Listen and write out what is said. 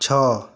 ଛଅ